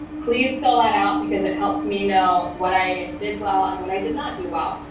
please fill that out because it helps me know what i did well and what i did not do well.